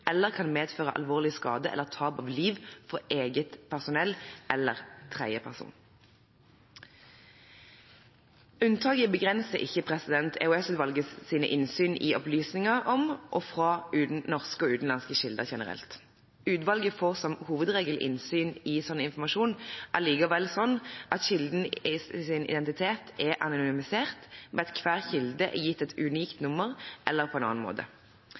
eller kan medføre alvorlig skade eller tap av liv for eget personell eller tredjepersoner Unntaket begrenser ikke EOS-utvalgets innsyn i opplysninger om og fra norske og utenlandske kilder generelt. Utvalget får som hovedregel likevel innsyn i slik informasjon på en slik måte at kildenes identitet er anonymisert ved at hver kilde er gitt et unikt nummer, eller på annen måte.